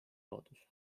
loodus